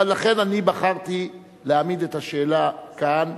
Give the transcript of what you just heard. לכן בחרתי להעמיד את השאלה כאן,